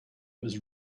was